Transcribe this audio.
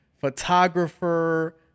photographer